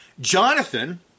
Jonathan